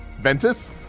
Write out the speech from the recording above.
Ventus